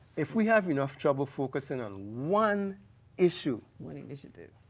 if we have enough trouble focusing on one issue, one initiative,